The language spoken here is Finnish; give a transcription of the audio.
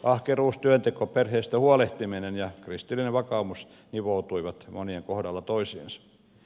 ahkeruus työnteko perheestä huolehtiminen ja kristillinen vakaumus nivoutuivat monien kohdalla toisiinsa